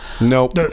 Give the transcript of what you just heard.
Nope